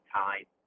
time